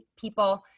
people